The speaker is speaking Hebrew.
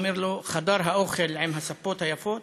הוא אומר לו: חדר האוכל עם הספות היפות,